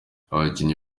abakinnyi